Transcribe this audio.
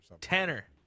Tanner